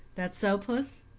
that so, puss?